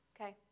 Okay